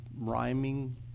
rhyming